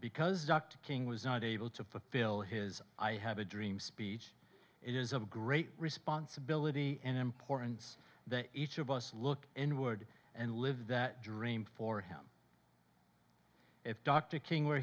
because dr king was not able to fulfill his i have a dream speech it is a great responsibility and importance that each of us look inward and live that dream for him if dr king were